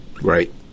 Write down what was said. Right